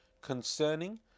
concerning